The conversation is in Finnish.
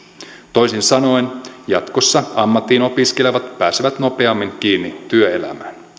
toisin sanoen jatkossa ammattiin opiskelevat pääsevät nopeammin kiinni työelämään